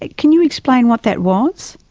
like can you explain what that was?